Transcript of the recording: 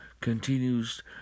continues